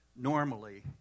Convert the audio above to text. Normally